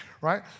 Right